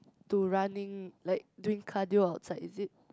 to running like doing cardio outside is it